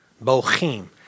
Bochim